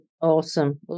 Awesome